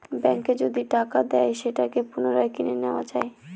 ব্যাঙ্কে যদি টাকা দেয় সেটাকে পুনরায় কিনে নেত্তয়া যায়